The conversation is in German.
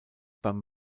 beim